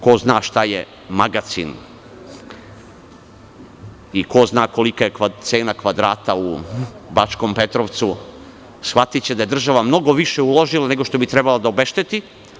Ko zna šta je magacin i ko zna kolika je cena kvadrata u Bačkom Petrovcu, shvatiće da je država mnogo više uložila nego što bi trebala da obešteti.